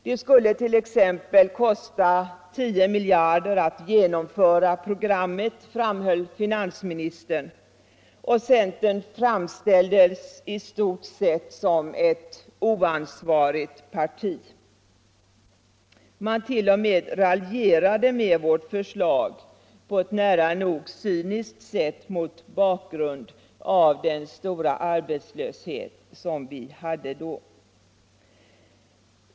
Det skulle t.ex. kosta 10 miljarder att genomföra programmet, framhöll finansministern, och centern framställdes i stort sett som ett oansvarigt parti. Man t.o.m. raljerade med vårt förslag på ett nära nog cyniskt sätt mot bakgrund av den stora arbetslöshet som vi hade då.